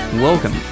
Welcome